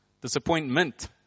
Disappointment